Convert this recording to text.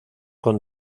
con